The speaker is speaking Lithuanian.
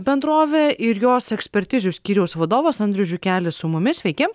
bendrovė ir jos ekspertizių skyriaus vadovas andrius žiukelis su mumis sveiki